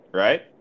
right